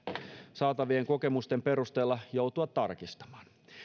saatavien kokemusten perusteella joutua tarkistamaan